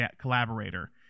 collaborator